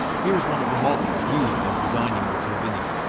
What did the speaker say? here is one of the models used when designing the turbinia.